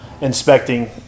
inspecting